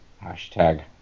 hashtag